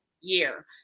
year